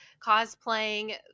cosplaying